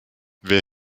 wer